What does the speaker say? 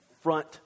front